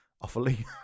awfully